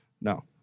No